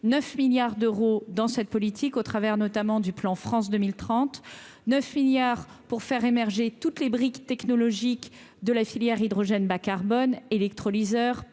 9 milliards d'euros dans cette politique, au travers notamment du plan France 2030 9 milliards pour faire émerger toutes les briques technologiques de la filière hydrogène bas-carbone électrolyseurs